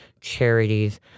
charities